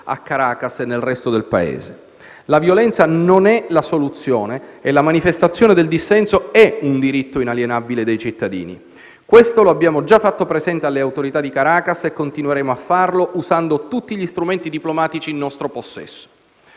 a Caracas e nel resto del Paese. La violenza non è la soluzione e la manifestazione del dissenso è un diritto inalienabile dei cittadini. Questo lo abbiamo già fatto presente alle autorità di Caracas e continueremo a farlo usando tutti gli strumenti diplomatici in nostro possesso.